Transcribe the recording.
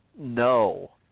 no